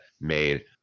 made